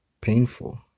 painful